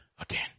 again